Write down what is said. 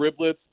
riblets